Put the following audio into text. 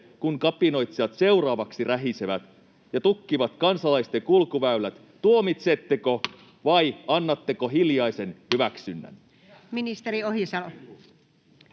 kun kapinoitsijat seuraavaksi rähisevät ja tukkivat kansalaisten kulkuväylät? Tuomitsetteko vai annatteko hiljaisen hyväksynnän? Ministeri Ohisalo.